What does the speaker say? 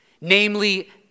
namely